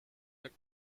that